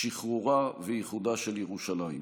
שחרורה ואיחודה של ירושלים.